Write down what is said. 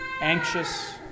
anxious